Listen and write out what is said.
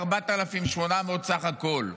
4,800 בסך הכול,